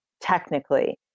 technically